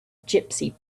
gypsy